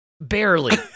Barely